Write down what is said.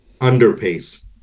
underpace